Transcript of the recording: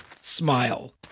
Smile